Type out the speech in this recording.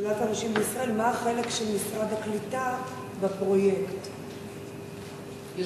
למיטב ידיעתי, הפרויקט הוא